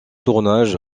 tournage